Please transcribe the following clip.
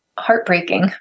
Heartbreaking